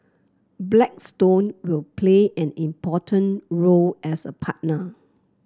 Blackstone will play an important role as a partner